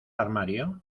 armario